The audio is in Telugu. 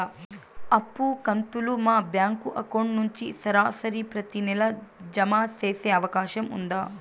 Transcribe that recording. అప్పు కంతులు మా బ్యాంకు అకౌంట్ నుంచి సరాసరి ప్రతి నెల జామ సేసే అవకాశం ఉందా?